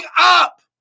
up